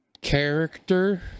character